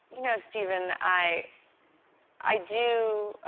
you know, stephen, i i do,